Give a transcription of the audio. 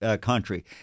country